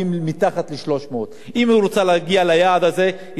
היא צריכה להשקיע המון תקציבים במגזר הערבי והמון הסברה.